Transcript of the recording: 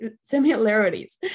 similarities